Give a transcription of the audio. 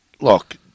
Look